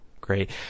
Great